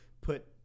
put